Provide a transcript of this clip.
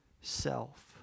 self